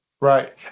Right